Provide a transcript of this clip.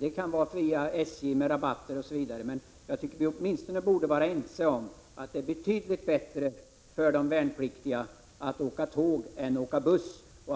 Det kan handla t.ex. om att ge SJ särskilda möjligheter att ge rabatter och annat. Vi borde vara ense om att det är betydligt bättre för de värnpliktiga att åka tåg än att åka buss. Det